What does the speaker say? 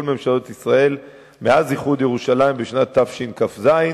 ממשלות ישראל מאז איחוד ירושלים בשנת תשכ"ז.